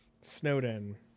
Snowden